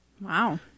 Wow